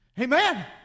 Amen